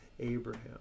Abraham